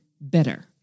better